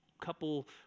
couple